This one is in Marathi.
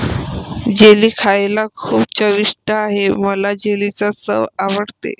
जेली खायला खूप चविष्ट आहे मला जेलीची चव आवडते